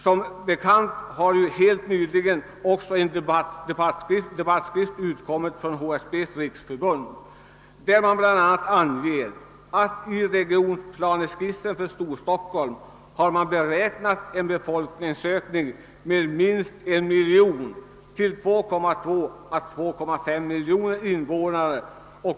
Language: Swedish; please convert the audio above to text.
Som bekant har helt nyligen en debattskrift utkommit från HSB:s riksförbund vari man bl.a. anger att i regionsplaneskissen för Storstockholm har räknats med en befolkningsökning på 1 miljon invånare till 2,2 å 2,5 miljoner invånare.